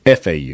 FAU